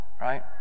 right